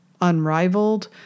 unrivaled